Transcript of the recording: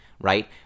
right